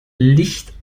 licht